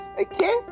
Okay